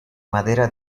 madera